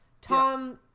Tom